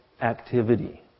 activity